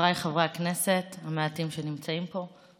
חבריי חברי הכנסת המעטים שנמצאים פה,